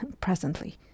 Presently